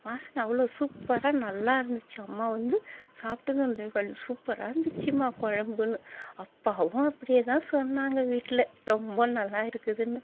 வாசனை அவ்வளோ சூப்பராக நல்லாயிருந்துச்சி அம்மா வந்து சாப்பிட்டு சூப்பராக இருந்துச்சு குழம்புன்னு அப்பாவும் அப்படியே தான் சொன்னாங்க வீட்டில் ரொம்ப நல்லா இருக்குதுனு